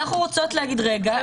אנחנו רוצות להגיד: רגע,